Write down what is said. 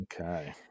Okay